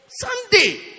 Sunday